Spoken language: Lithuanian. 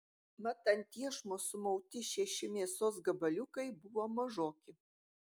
mat ant iešmo sumauti šeši mėsos gabaliukai buvo mažoki